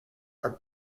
are